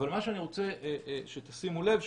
מה שאני רוצה שתשימו לב,